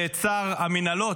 ואת שר המינהלות,